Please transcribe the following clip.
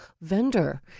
vendor